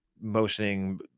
motioning